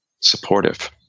supportive